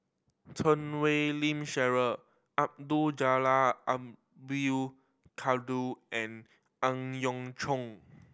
Chan Wei Ling Cheryl Abdul Jalil and Ang Yau Choon